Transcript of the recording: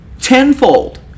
tenfold